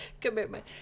commitment